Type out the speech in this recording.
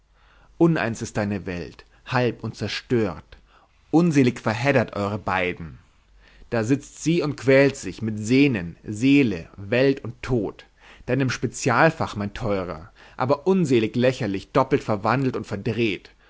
uneins ist deine welt halb und zerstört unselig verheddert eure beiden da sitzt sie und quält sich mit sehnen seele welt und tod deinem spezialfach mein teurer aber unselig lächerlich doppelt verwandelt und verdreht